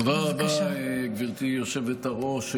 תודה, גברתי היושבת-ראש.